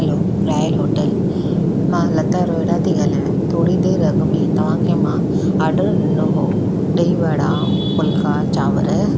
हलो royal hotel मां लता रोहिरा थी ॻाल्हायां थोरी देरि अॻ में तव्हांखे मां ऑर्डरु ॾिनो हुओ ॾही वड़ा फुलका चांवर